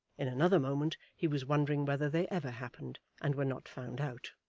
in another moment he was wondering whether they ever happened and were not found out.